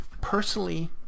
personally